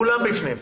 כולם בפנים.